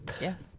Yes